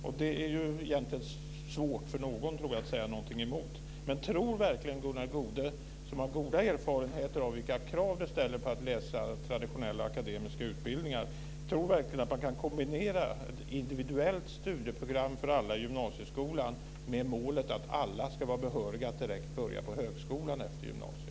Jag tror egentligen att det är svårt för någon att säga någonting emot det. Men tror verkligen Gunnar Goude, som har goda erfarenheter av vad som krävs för att läsa traditionella akademiska utbildningar, att man kan kombinera individuella studieprogram för alla i gymnasieskolan med målet att alla ska vara behöriga för högskolan direkt efter gymnasiet?